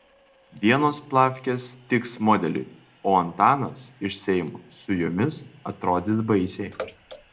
vienos plavkės tiks modeliui o antanas iš seimo su jomis atrodys baisiai